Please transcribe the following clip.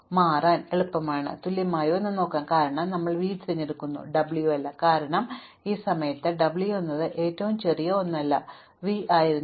ഇപ്പോൾ ഇത് മുമ്പത്തേതിനേക്കാൾ വലുതോ തുല്യമോ ആയിരിക്കണം കാരണം നമ്മൾ v തിരഞ്ഞെടുക്കുന്നു w അല്ല കാരണം ഈ സമയത്ത് w എന്നത് ഏറ്റവും ചെറിയ ഒന്നല്ല v ആയിരുന്നു